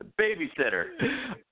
Babysitter